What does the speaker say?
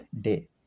day